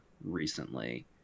recently